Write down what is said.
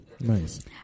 Nice